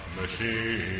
Machine